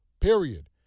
period